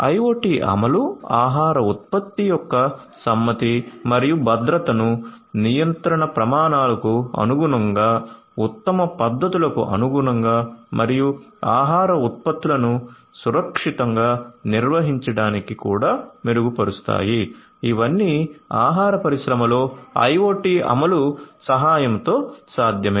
IoT అమలు ఆహార ఉత్పత్తి యొక్క సమ్మతి మరియు భద్రతను నియంత్రణ ప్రమాణాలకు అనుగుణంగా ఉత్తమ పద్ధతులకు అనుగుణంగా మరియు ఆహార ఉత్పత్తులను సురక్షితంగా నిర్వహించడానికి కూడా మెరుగుపరుస్తాయి ఇవన్నీ ఆహార పరిశ్రమలో IoT అమలు సహాయంతో సాధ్యమే